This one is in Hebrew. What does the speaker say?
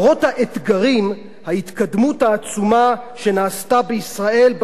התקדמות עצומה שנעשתה בישראל בשנים האחרונות בקידום